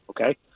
okay